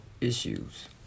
issues